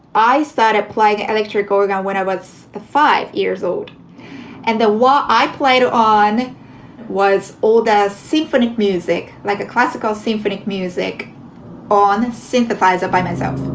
i started playing electric organ when i was five years old and the one i played on was old as symphonic music, like a classical symphonic music on the synthesizer by myself.